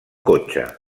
cotxe